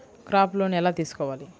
Crop loan ఎలా తీసుకోవాలి?